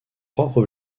propres